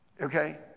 Okay